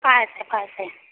পাইছে পাইছে